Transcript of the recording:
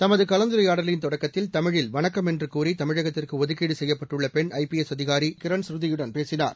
தமது கலந்துரையாடலின் தொடக்கத்தில் தமிழில் வணக்கம் என்று கூறி தமிழகத்திற்கு ஒதுக்கீடு செய்யப்பட்டுள்ள பெண் ஐபிஎஸ் அதிகாரி கிரண் ஸ்ருதி யிடம் பேசினார்